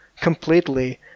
Completely